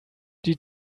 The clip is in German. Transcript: die